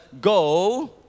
Go